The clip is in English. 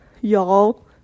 Y'all